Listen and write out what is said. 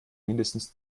mindestens